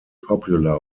popular